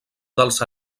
dels